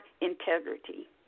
integrity